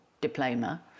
diploma